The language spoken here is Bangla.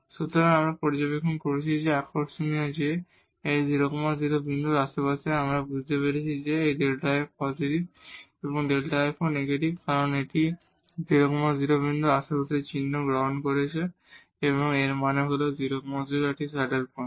সুতরাং আমরা যা পর্যবেক্ষণ করেছি তা আকর্ষণীয় যে এই 0 0 বিন্দুর আশেপাশে আমরা বুঝতে পারি যে এই Δ f পজিটিভ এবং এই Δ f ও নেগেটিভ সুতরাং এটি এই 0 0 বিন্দুর আশেপাশে চিহ্ন পরিবর্তন করছে এবং এর মানে হল এটি 0 0 একটি স্যাডেল পয়েন্ট